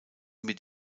mit